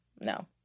No